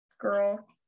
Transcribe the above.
girl